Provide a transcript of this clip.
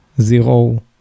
zero